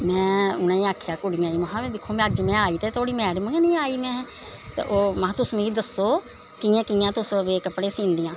में उनें गी आक्खेआ कुड़ियें गी दिक्खो अज्ज में आई ते तुआढ़ी मैडम गा नी आई ते महां तुस मिगी दस्सो कियां कियां तुस बी कपड़े सींदियां